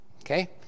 Okay